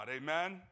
Amen